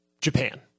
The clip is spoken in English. Japan